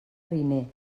riner